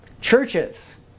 churches